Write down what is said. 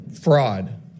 Fraud